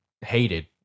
hated